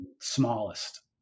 smallest